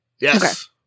Yes